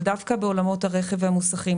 אבל דווקא בעולמות הרכב והמוסכים,